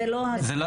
זה לא הסיפור.